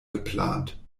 geplant